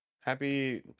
Happy